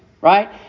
Right